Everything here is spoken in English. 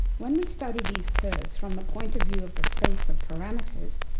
when we study these curves from the point of view of the space of parameters,